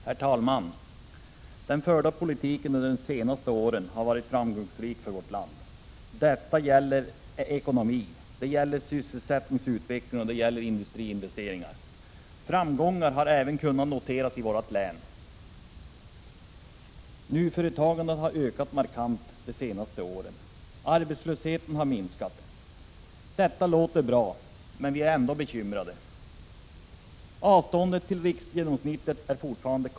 Herr talman! Den förda politiken under de senaste åren har varit framgångsrik för vårt land. Det gäller ekonomi, sysselsättningsutveckling och industriinvesteringar. Framgångar har även kunnat noteras i Norrbotten. Nyföretagandet har ökat markant de senaste åren. Arbetslösheten har minskat. Detta låter bra, men vi är ändå bekymrade. Avståndet till riksgenomsnittet är konstant.